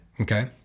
okay